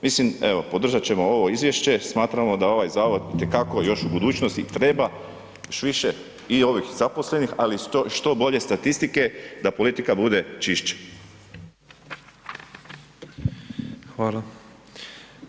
Mislim evo, podržat ćemo ovo izvješće, smatramo da ovaj zavod itekako još u budućnosti treba još više i ovih zaposlenih ali i što bolje statistike da politika bude čišća.